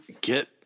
get